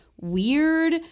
weird